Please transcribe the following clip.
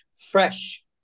fresh